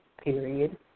period